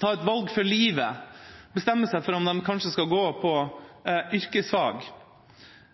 ta et valg for livet og bestemme seg for om de kanskje skal gå på yrkesfag,